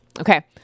Okay